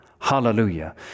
Hallelujah